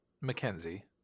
Mackenzie